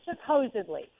Supposedly